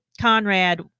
Conrad